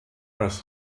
als